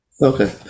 okay